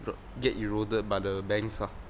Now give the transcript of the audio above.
get eroded by the banks ah